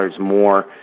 more